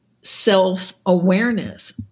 self-awareness